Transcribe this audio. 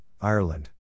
Ireland